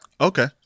Okay